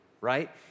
right